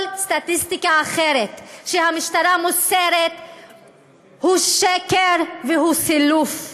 כל סטטיסטיקה אחרת שהמשטרה מוסרת הוא שקר וסילוף.